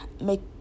make